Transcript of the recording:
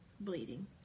bleeding